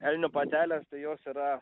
elnių patelės tai jos yra